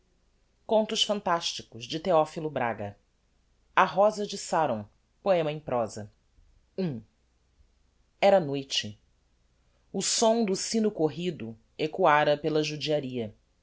que acabava de a cobrir a rosa de sáron poema em prosa i era noite o som do sino corrido ecoára pela judiaria